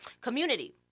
community